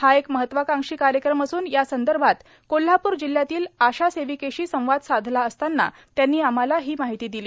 हा एक महत्वाकांक्षी कार्यक्रम असून या संदर्भात कोल्हापूर जिल्ह्यातील आशा सेविकेशी संवाद साधला असता त्यांनी आम्हाला माहिती दिली